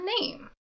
name